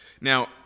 Now